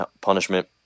punishment